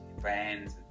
friends